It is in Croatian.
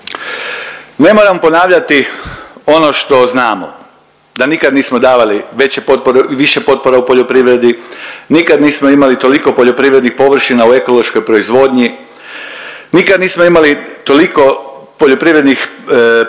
Ne moram ponavljati ono što znamo da nikad nismo davali veće potpore, više potpora u poljoprivredi, nikad nismo imali toliko poljoprivrednih površina u ekološkoj proizvodnji, nikad nismo imali toliko poljoprivrednih površina